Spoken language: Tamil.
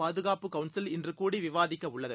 பாதுகாப்பு கவுன்சில் இன்று கூடி விவாதிக்கஉள்ளது